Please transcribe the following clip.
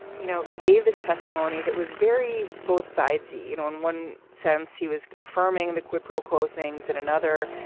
you know, he gave this testimony that was very both sides. you know, in one sense, he was confirming the quid pro quo things and another.